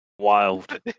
wild